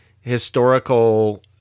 historical